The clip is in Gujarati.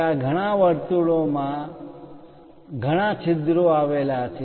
ત્યાં વર્તુળોમાં ઘણા છિદ્રો આવેલા છે